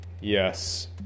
yes